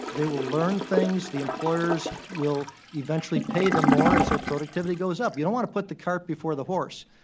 they will learn things. the employers will eventually pay them more as their productivity goes up. you don't want to put the cart before the horse.